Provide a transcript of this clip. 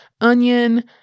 onion